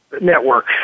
network